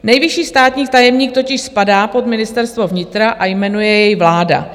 Nejvyšší státní tajemník totiž spadá pod Ministerstvo vnitra a jmenuje jej vláda.